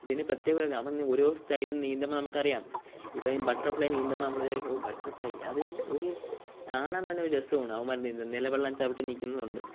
ഇതിന് പ്രത്യക അവന് ഓരോ സ്റ്റൈൽ നീന്തുമ്പോള് നമുക്കറിയാം ഇപ്പോള് ഈ ബട്ടർഫ്ളൈ നീന്തുമ്പോല് നമ്മല് വിചാരിക്കും ഓ ബട്ടർഫ്ളൈ അത് ഒരു കാണാൻ തന്നെ രസോണ് അവന്മാര് നീന്തുന്നത് നിലവെള്ളം ചവിട്ടി നില്ക്കുന്നതുകൊണ്ട്